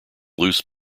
loose